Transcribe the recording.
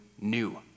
new